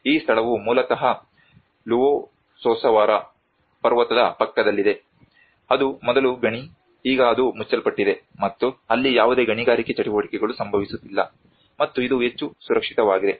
ಈ ಸ್ಥಳವು ಮೂಲತಃ ಲುಸೊಸವಾರ ಪರ್ವತದ ಪಕ್ಕದಲ್ಲಿದೆ ಅದು ಮೊದಲು ಗಣಿ ಈಗ ಅದು ಮುಚ್ಚಲ್ಪಟ್ಟಿದೆ ಮತ್ತು ಅಲ್ಲಿ ಯಾವುದೇ ಗಣಿಗಾರಿಕೆ ಚಟುವಟಿಕೆಗಳು ಸಂಭವಿಸುತ್ತಿಲ್ಲ ಮತ್ತು ಇದು ಹೆಚ್ಚು ಸುರಕ್ಷಿತವಾಗಿದೆ